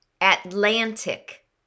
Atlantic